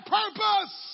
purpose